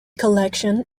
collection